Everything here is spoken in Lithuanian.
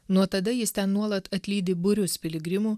nuo tada jis ten nuolat atlydi būrius piligrimų